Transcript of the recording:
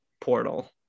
portal